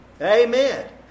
Amen